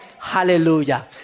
Hallelujah